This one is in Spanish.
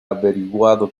averiguado